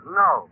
no